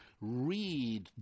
read